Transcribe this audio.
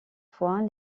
fois